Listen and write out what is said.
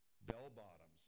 Bell-bottoms